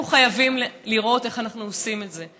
אנחנו חייבים לראות איך אנחנו עושים את זה.